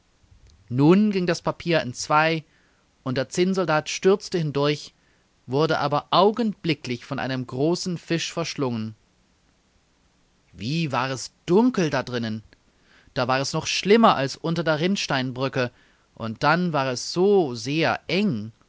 nun ging das papier entzwei und der zinnsoldat stürzte hindurch wurde aber augenblicklich von einem großen fisch verschlungen wie war es dunkel dadrinnen da war es noch schlimmer als unter der rinnsteinbrücke und dann war es so sehr eng